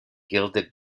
gilded